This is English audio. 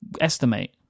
estimate